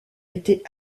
était